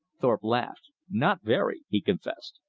thorpe laughed. not very, he confessed.